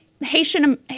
Haitian